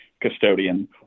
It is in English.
custodian